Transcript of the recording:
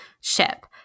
ship